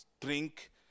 drink